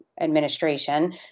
administration